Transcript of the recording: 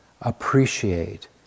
appreciate